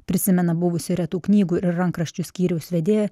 prisimena buvusi retų knygų ir rankraščių skyriaus vedėja